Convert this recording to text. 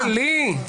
טלי.